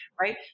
right